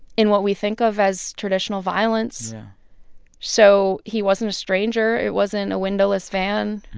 in what we think of as traditional violence yeah so he wasn't a stranger. it wasn't a windowless van,